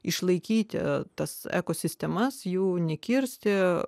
išlaikyti tas ekosistemas jų nekirsti